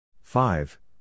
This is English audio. five